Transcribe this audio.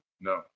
No